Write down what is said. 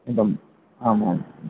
इदम् आमाम्